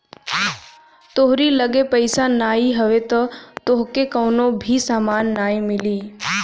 तोहरी लगे पईसा नाइ हवे तअ तोहके कवनो भी सामान नाइ मिली